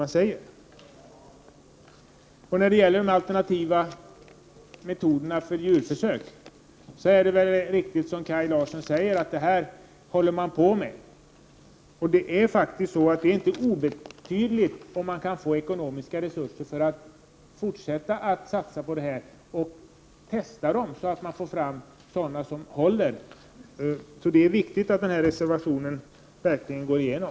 När det gäller de alternativa metoderna för djurförsök är väl det som Kaj Larsson sade riktigt, nämligen att den frågan håller på att beredas. Det är inte obetydligt om man kan få ekonomiska resurser för att fortsätta att satsa på detta och göra tester så att man får fram sådant som håller. Det är viktigt att denna reservation verkligen vinner.